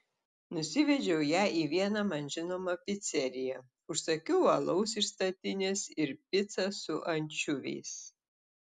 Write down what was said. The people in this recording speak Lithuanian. nusivedžiau ją į vieną man žinomą piceriją užsakiau alaus iš statinės ir picą su ančiuviais